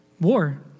war